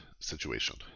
situation